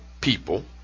people